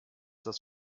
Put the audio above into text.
das